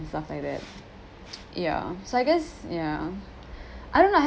stuff like that ya ya I don't know I